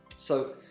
so,